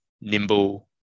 Nimble